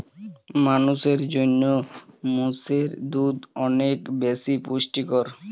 মানুষের জন্য মোষের দুধ অনেক বেশি পুষ্টিকর